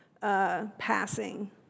Passing